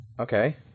Okay